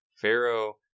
pharaoh